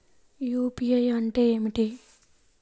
UPI అంటే ఏమిటి?